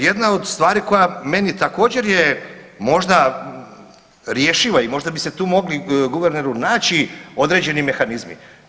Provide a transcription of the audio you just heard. Jedna od stvari koja meni također je možda rješiva i možda bi se tu mogli guverneru naći određeni mehanizmi.